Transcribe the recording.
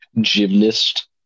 Gymnast